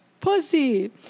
Pussy